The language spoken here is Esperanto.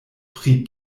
pri